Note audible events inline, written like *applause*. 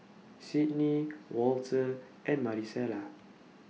*noise* Cydney Walter and Marisela